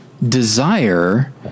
Desire